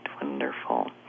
wonderful